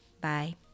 Bye